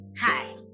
Hi